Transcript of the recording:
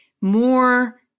more